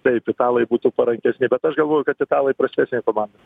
taip italai būtų parankesni bet aš galvoju kad italai prastesnė komanda